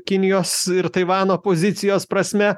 kinijos ir taivano pozicijos prasme